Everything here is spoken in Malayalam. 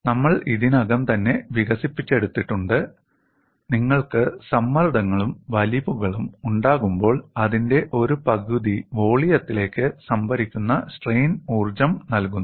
നമ്മൾ ഇതിനകം തന്നെ വികസിപ്പിച്ചെടുത്തിട്ടുണ്ട് നിങ്ങൾക്ക് സമ്മർദ്ദങ്ങളും വലിവുകളും ഉണ്ടാകുമ്പോൾ അതിന്റെ ഒരു പകുതി വോളിയത്തിലേക്ക് സംഭരിക്കുന്ന സ്ട്രെയിൻ ഊർജ്ജം നൽകുന്നു